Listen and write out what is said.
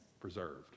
preserved